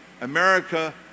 America